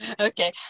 Okay